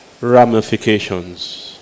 ramifications